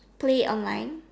play online